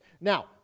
Now